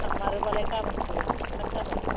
थांमारोबालाय गाबोन खबर हरबानो जाबाय